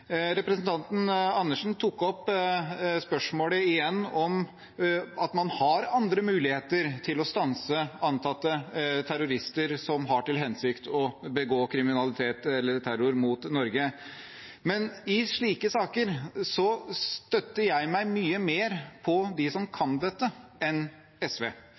Representanten Karin Andersen tok igjen opp spørsmålet om at man har andre muligheter til å stanse antatte terrorister som har til hensikt å begå kriminalitet eller terror mot Norge. Men i slike saker støtter jeg meg mye mer på dem som kan dette, enn på SV.